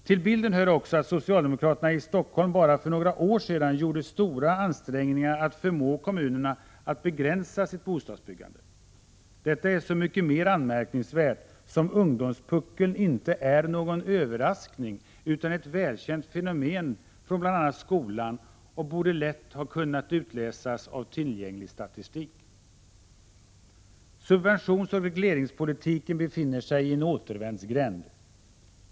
Till bilden hör också att socialdemokraterna i Stockholm bara för några år sedan gjorde stora ansträngningar att förmå kommunerna att begränsa sitt bostadsbyggande. Detta är så mycket mer anmärkningsvärt som ungdomspuckeln inte är någon överraskning utan ett välkänt fenomen från bl.a. skolan. Den borde lätt ha kunnat utläsas av tillgänglig statistik. Subventionsoch regleringspolitiken befinner sig i en återvändsgränd.